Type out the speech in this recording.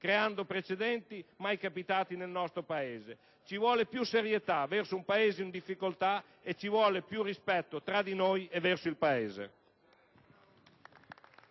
creando precedenti mai verificatisi nel nostro Paese. Ci vuole più serietà verso un Paese in difficoltà e più rispetto tra di noi e nei